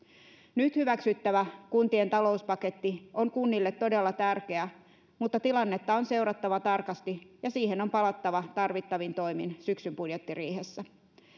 nyt hyväksyttävä kuntien talouspaketti on kunnille todella tärkeä mutta tilannetta on seurattava tarkasti ja siihen on palattava tarvittavin toimin syksyn budjettiriihessä